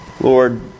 Lord